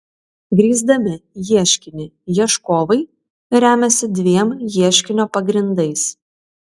grįsdami ieškinį ieškovai remiasi dviem ieškinio pagrindais